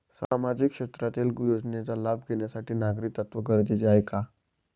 सामाजिक क्षेत्रातील योजनेचा लाभ घेण्यासाठी नागरिकत्व गरजेचे आहे का?